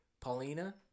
Paulina